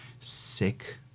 sick